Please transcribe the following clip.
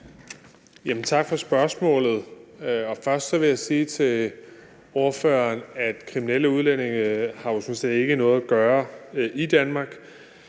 Tak for spørgsmålet. Først vil jeg sige til spørgeren, at kriminelle udlændinge jo sådan set ikke har noget at gøre i Danmark.